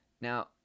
now